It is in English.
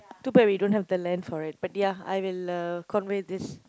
too bad we don't have the lense for it but ya I would love convey this